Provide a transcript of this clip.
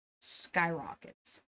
skyrockets